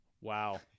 Wow